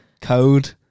code